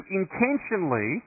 intentionally